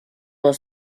was